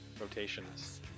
rotations